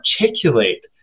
articulate